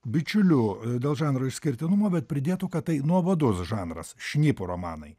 bičiuliu dėl žanro išskirtinumo bet pridėtų kad tai nuobodus žanras šnipų romanai